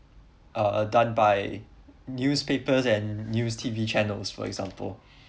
uh done by newspapers and news T_V channels for example